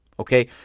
Okay